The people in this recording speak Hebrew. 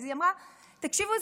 היא אמרה: תקשיבו,